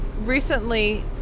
recently